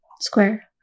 Square